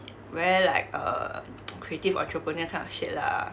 where like err creative entrepreneur kind of shit lah